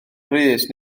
brys